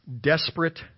Desperate